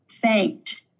thanked